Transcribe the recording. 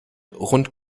rund